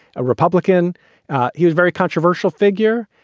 a republican who's very controversial figure.